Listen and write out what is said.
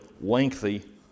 lengthy